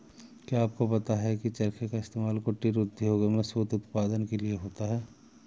क्या आपको पता है की चरखे का इस्तेमाल कुटीर उद्योगों में सूत उत्पादन के लिए होता है